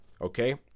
okay